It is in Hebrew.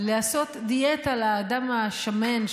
לעשות דיאטה לאדם השמן,